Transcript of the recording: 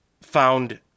found